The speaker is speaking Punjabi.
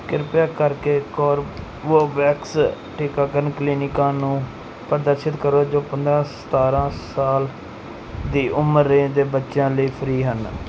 ਕਿਰਪਾ ਕਰਕੇ ਕੋਰਬੇਵੈਕਸ ਟੀਕਾਕਰਨ ਕਲੀਨਿਕਾਂ ਨੂੰ ਪ੍ਰਦਰਸ਼ਿਤ ਕਰੋ ਜੋ ਪੰਦਰਾਂ ਸਤਾਰਾਂ ਸਾਲ ਦੀ ਉਮਰ ਰੇਂਜ ਦੇ ਬੱਚਿਆਂ ਲਈ ਫ੍ਰੀ ਹਨ